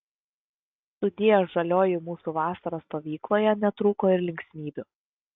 sudie žalioji mūsų vasara stovykloje netrūko ir linksmybių